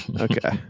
Okay